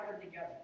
together